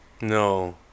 No